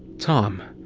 tom.